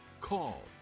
call